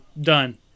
done